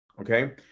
Okay